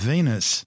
Venus